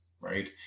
right